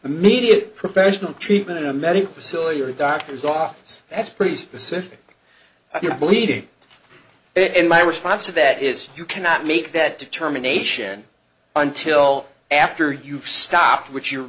immediate professional treatment in a medical facility or a doctor's office that's pretty specific you're bleeding it in my response to that is you cannot make that determination until after you've stopped which you're